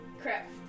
Crap